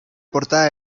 portada